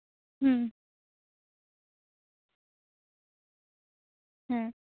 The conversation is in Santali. ᱦᱩᱸ ᱦᱮᱸ